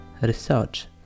research